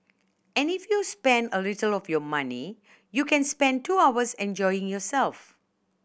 and if you spend a little of your money you can spend two hours enjoying yourself